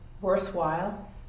worthwhile